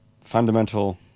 fundamental